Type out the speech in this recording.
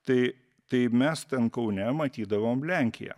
tai tai mes ten kaune matydavom lenkiją